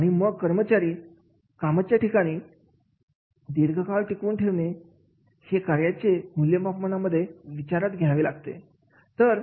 आणि मग कर्मचारी यांना कामाच्या ठिकाणी दीर्घकाळ टिकून ठेवणे हे कार्याचे मूल्यमापन मध्ये विचारात घ्यावे